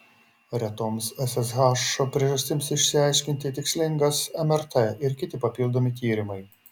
retoms ssh priežastims išaiškinti tikslingas mrt ir kiti papildomi tyrimai